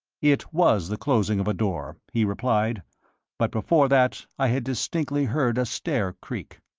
it was the closing of a door, he replied but before that i had distinctly heard a stair creak.